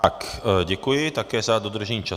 Tak děkuji, také za dodržení času.